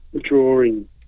drawing